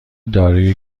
داروی